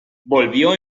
volvió